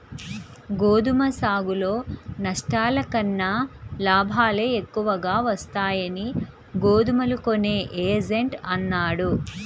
గోధుమ సాగులో నష్టాల కన్నా లాభాలే ఎక్కువగా వస్తాయని గోధుమలు కొనే ఏజెంట్ అన్నాడు